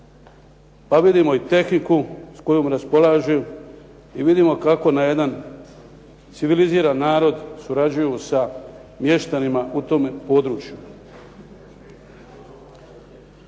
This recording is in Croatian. pa vidimo i tehniku s kojom raspolažu i vidimo kako na jedan civiliziran narod surađuju sa mještanima u tome području.